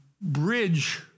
bridge